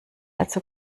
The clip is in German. also